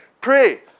Pray